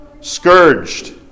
scourged